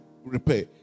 Repair